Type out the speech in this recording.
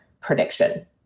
prediction